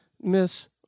Miss